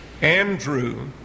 Andrew